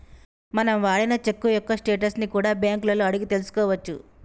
మనం వాడిన చెక్కు యొక్క స్టేటస్ ని కూడా బ్యేంకులలో అడిగి తెల్సుకోవచ్చు